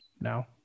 now